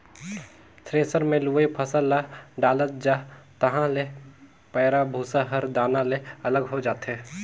thresher मे लुवय फसल ल डालत जा तहाँ ले पैराःभूसा हर दाना ले अलग हो जाथे